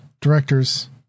directors